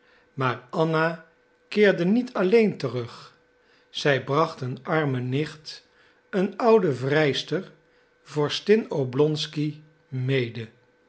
maar anna keerde niet alleen terug zij bracht een arme nicht een oude vrijster vorstin oblonsky mede